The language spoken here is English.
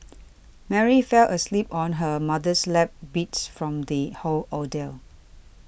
Mary fell asleep on her mother's lap beat from the whole ordeal